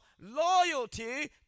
loyalty